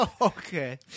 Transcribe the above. Okay